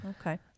Okay